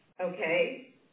Okay